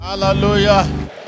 hallelujah